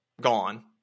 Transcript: gone